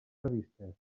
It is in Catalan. previstes